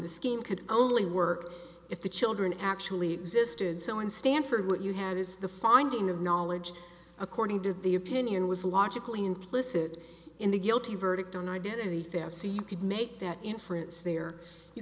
scheme could only work if the children actually existed so in stanford what you had is the finding of knowledge according to the opinion was logically implicit in the guilty verdict on identity theft so you could make that inference there you